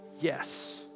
Yes